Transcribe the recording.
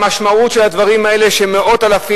המשמעות של הדברים האלה היא שמאות אלפים